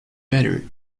better